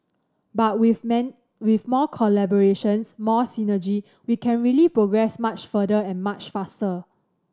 but with man with more collaborations more synergy we can really progress much further and much faster